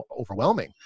overwhelming